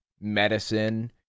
medicine